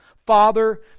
Father